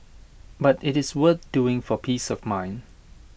but IT is worth doing for peace of mind